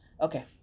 Okay